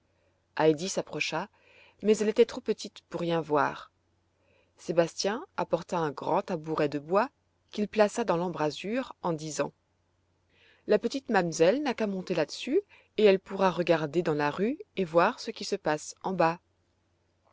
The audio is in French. heidi s'approcha mais elle était trop petite pour rien voir sébastien apporta un grand tabouret de bois qu'il plaça dans l'embrasure en disant la petite mamselle n'a qu'à monter là-dessus et elle pourra regarder dans la rue et voir ce qui passe en bas